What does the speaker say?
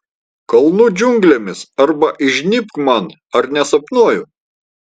kalnų džiunglėmis arba įžnybk man ar nesapnuoju